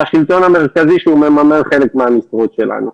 לשלטון המרכזי שמממן חלק מהמשרות שלנו.